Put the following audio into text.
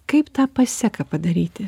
kaip tą paseką padaryti